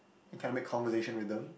he kind of make conversation with them